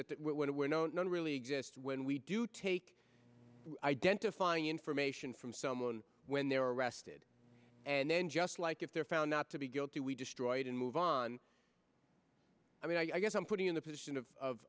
would where no not really exist when we do take identifying information from someone when they're arrested and then just like if they're found not to be guilty we destroyed and move on i mean i guess i'm putting in the position of of